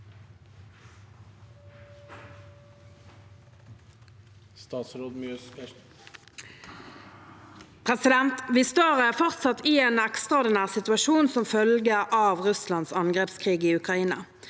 Vi står fort- satt i en ekstraordinær situasjon som følge av Russlands angrepskrig i Ukraina.